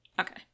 okay